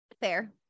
Fair